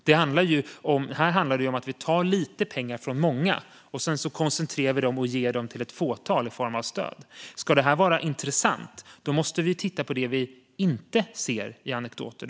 Det handlar om att vi tar lite pengar från många, och sedan koncentrerar vi dem och ger dem till ett fåtal i form av stöd. Om detta ska vara intressant måste vi titta på det som vi inte ser i anekdoter.